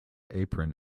apron